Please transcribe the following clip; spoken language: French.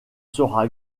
sera